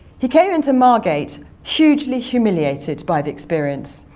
he came into margate hugely humiliated by the experience.